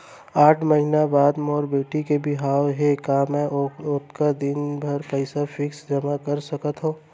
आठ महीना बाद मोर बेटी के बिहाव हे का मैं ओतका दिन भर पइसा फिक्स जेमा कर सकथव?